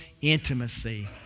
intimacy